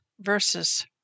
versus